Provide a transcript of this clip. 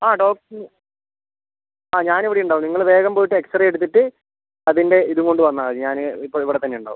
ആ ഡോക്ടർ ആ ഞാൻ ഇവിടെ ഉണ്ടാകും നിങ്ങൾ വേഗം പോയിട്ട് എക്സ്റേ എടുത്തിട്ട് അതിൻ്റെ ഇതും കൊണ്ട് വന്നാൽ മതി ഞാൻ ഇപ്പം ഇവിടത്തന്നെ ഉണ്ടാവും